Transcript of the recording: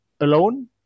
alone